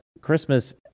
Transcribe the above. Christmas